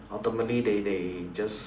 ultimately they they just